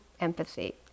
empathy